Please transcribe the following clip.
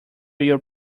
your